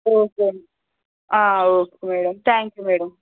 okay అండి okay madam thank you madam